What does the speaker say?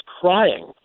crying